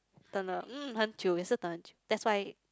等了 mm 很久也是等很久 that's why